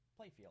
playfield